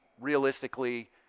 realistically